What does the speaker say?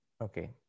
Okay